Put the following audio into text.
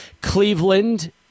Cleveland